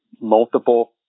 multiple